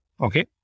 Okay